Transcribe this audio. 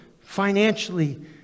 financially